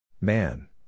Man